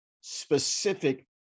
specific